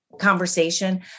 conversation